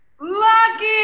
Lucky